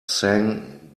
sang